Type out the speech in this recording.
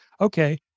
okay